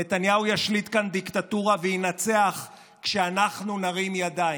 נתניהו ישליט כאן דיקטטורה וינצח כשאנחנו נרים ידיים,